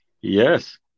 Yes